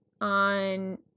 on